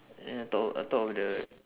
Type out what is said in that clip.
ya top of on top of the